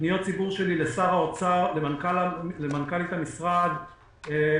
פניות ציבור שלי למנכ"לית משרד האוצר